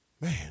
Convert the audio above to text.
man